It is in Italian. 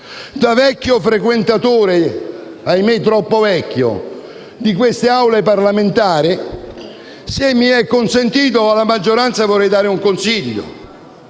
Da vecchio frequentatore (ahimè, troppo vecchio) di queste Aule parlamentari, se mi è consentito, io alla maggioranza vorrei dare un consiglio: